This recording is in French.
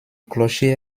clocher